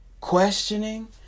Questioning